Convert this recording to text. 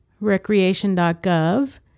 Recreation.gov